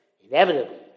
inevitably